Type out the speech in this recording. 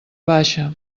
baixa